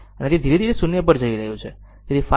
તેથી તે ધીરે ધીરે 0 પર જઈ રહ્યું છે